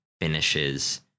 finishes